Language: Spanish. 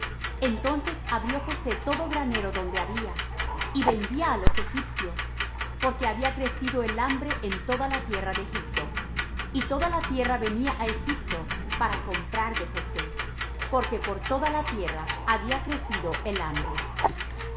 entonces abrió josé todo granero donde había y vendía á los egipcios porque había crecido el hambre en la tierra de egipto y toda la tierra venía á egipto para comprar de josé porque por toda la tierra había crecido el hambre y